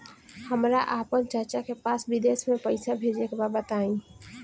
हमरा आपन चाचा के पास विदेश में पइसा भेजे के बा बताई